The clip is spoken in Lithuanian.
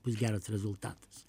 bus geras rezultatas